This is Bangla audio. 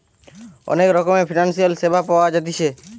অনেক রকমের ফিনান্সিয়াল সেবা পাওয়া জাতিছে